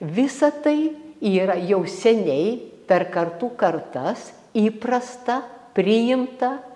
visa tai yra jau seniai per kartų kartas įprasta priimta